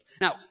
Now